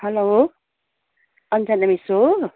hello Anjana miss हो